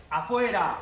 afuera